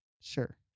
Sure